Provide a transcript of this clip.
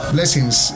Blessings